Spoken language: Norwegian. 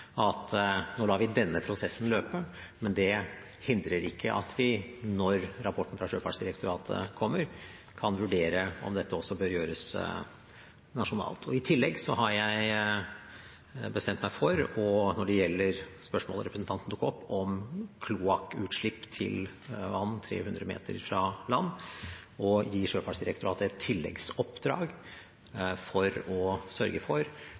vi nå lar denne prosessen løpe, men det hindrer ikke at vi når rapporten fra Sjøfartsdirektoratet kommer, kan vurdere om dette også bør gjøres nasjonalt. I tillegg har jeg bestemt meg for, når det gjelder spørsmålet representanten tok opp om kloakkutslipp til vann 300 meter fra land, å gi Sjøfartsdirektoratet et tilleggsoppdrag for å sørge for